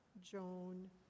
Joan